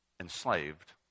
enslaved